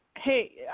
Hey